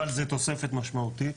אבל זה תוספת משמעותית.